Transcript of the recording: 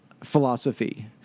philosophy